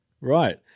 right